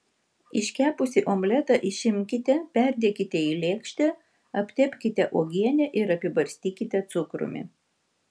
iškepusį omletą išimkite perdėkite į lėkštę aptepkite uogiene ir apibarstykite cukrumi